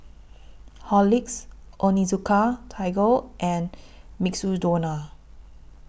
Horlicks Onitsuka Tiger and Mukshidonna